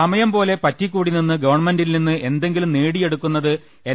സമയം പോലെ പറ്റിക്കൂടി നിന്ന് ഗവൺമെന്റിൽ നിന്ന് എന്തെങ്കിലും് നേടിയെടുക്കുന്നത് എൻ